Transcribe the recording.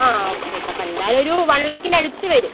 ആ okay okay അപ്പോൾ എന്തായാലുമൊരു വൺ ലാക്കിനടുത്ത് വരും